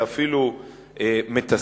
זה אפילו מתסכל.